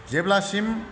जेब्लासिम